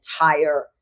entire